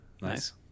Nice